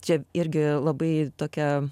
čia irgi labai tokia